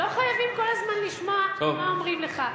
לא חייבים כל הזמן לשמוע מה אומרים לך.